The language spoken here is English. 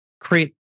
create